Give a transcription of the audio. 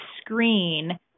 screen